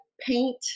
paint